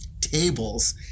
tables